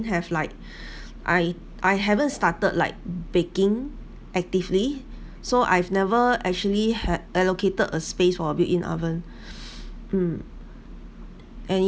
have like I I haven't started like baking actively so I've never actually had allocated a space for a built in oven mm and it